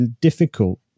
difficult